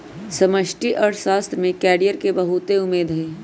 समष्टि अर्थशास्त्र में कैरियर के बहुते उम्मेद हइ